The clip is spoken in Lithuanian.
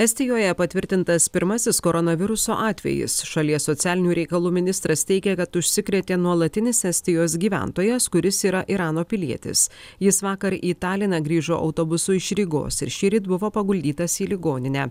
estijoje patvirtintas pirmasis koronaviruso atvejis šalies socialinių reikalų ministras teigė kad užsikrėtė nuolatinis estijos gyventojas kuris yra irano pilietis jis vakar į taliną grįžo autobusu iš rygos ir šįryt buvo paguldytas į ligoninę